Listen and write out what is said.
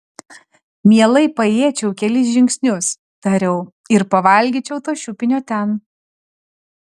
mielai paėjėčiau kelis žingsnius tariau ir pavalgyčiau to šiupinio ten